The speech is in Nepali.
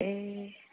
ए